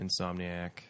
Insomniac